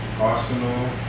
Arsenal